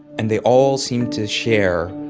and they all seem to share,